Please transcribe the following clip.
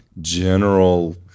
general